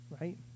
Right